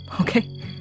okay